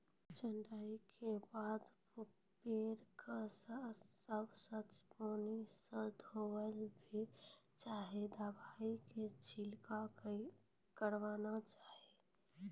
छंटाई के बाद पेड़ क स्वच्छ पानी स धोना भी चाहियो, दवाई के छिड़काव करवाना चाहियो